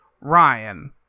Ryan